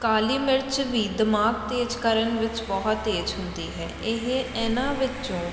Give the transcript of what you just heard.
ਕਾਲੀ ਮਿਰਚ ਵੀ ਦਿਮਾਗ ਤੇਜ਼ ਕਰਨ ਵਿੱਚ ਬਹੁਤ ਤੇਜ਼ ਹੁੰਦੀ ਹੈ ਇਹ ਇਹਨਾਂ ਵਿੱਚੋਂ